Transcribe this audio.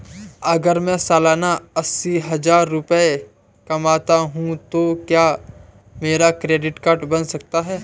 अगर मैं सालाना अस्सी हज़ार रुपये कमाता हूं तो क्या मेरा क्रेडिट कार्ड बन सकता है?